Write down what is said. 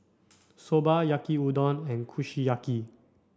Soba Yaki Udon and Kushiyaki